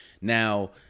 now